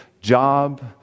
job